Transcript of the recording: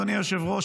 אדוני היושב-ראש,